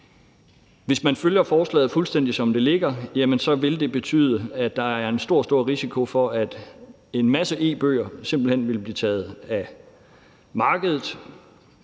Hvis man følger forslaget fuldstændig, som det ligger, vil det betyde, at der er en stor, stor risiko for, at en masse e-bøger simpelt hen vil blive taget af markedet.